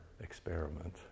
experiment